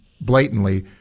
blatantly